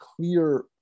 clear